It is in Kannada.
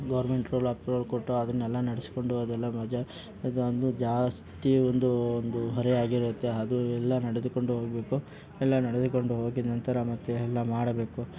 ಗೋರ್ಮೆಂಟ್ ರೂಲ್ ಅಪ್ರೂವಲ್ ಕೊಟ್ಟು ಅದನ್ನೆಲ್ಲ ನಡೆಸಿಕೊಂಡು ಅದೆಲ್ಲ ಜಾಸ್ತಿ ಒಂದು ಒಂದು ಹೊರೆ ಆಗಿರುತ್ತೆ ಅದು ಎಲ್ಲ ನಡೆದುಕೊಂಡು ಹೋಗಬೇಕು ಎಲ್ಲ ನಡೆದುಕೊಂಡು ಹೋಗಿ ನಂತರ ಮತ್ತೆ ಎಲ್ಲ ಮಾಡಬೇಕು